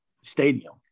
stadium